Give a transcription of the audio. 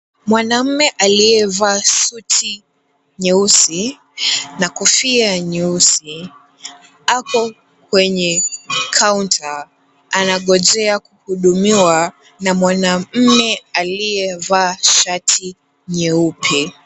Mwanaume aliyevaa suti nyeusi na kofia nyeusi ako kwenye kaunta, anangojea kuhudumiwa na mwanaume aliyevaa shati nyeupe.